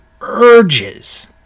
urges